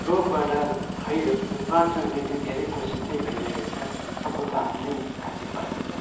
रोगबाट फै बाँच्नको निम्ति धेरै कोसिस चाहिँ भइरहेको छ सफलता आफ्नै हासिल भएको छ